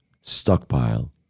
stockpile